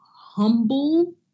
humble